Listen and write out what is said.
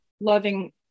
loving